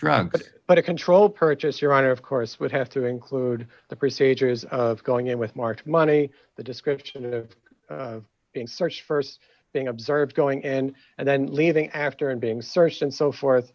drugs but a control purchase your honor of course would have to include the procedures of going in with marked money the description of being searched st being observed going and and then leaving after and being searched and so forth